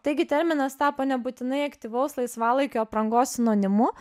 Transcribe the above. taigi terminas tapo nebūtinai aktyvaus laisvalaikio aprangos sinonimu